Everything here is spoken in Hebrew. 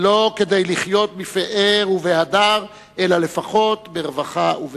לא כדי לחיות בפאר והדר אלא לפחות ברווחה ובכבוד.